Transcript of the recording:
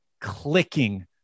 clicking